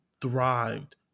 thrived